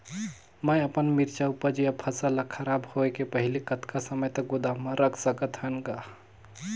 मैं अपन मिरचा ऊपज या फसल ला खराब होय के पहेली कतका समय तक गोदाम म रख सकथ हान ग?